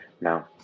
now